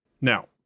Now